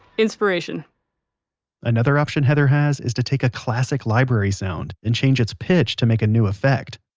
inspiration another option heather has, is to take a classic library sound and change its pitch to make a new effect.